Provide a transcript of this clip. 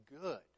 good